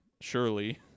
surely